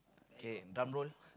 K drum roll